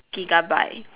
gigabyte